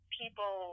people